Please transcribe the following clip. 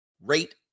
rate